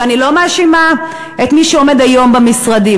ואני לא מאשימה את מי שעומד היום במשרדים,